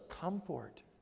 comfort